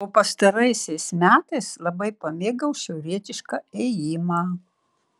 o pastaraisiais metais labai pamėgau šiaurietišką ėjimą